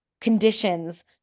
conditions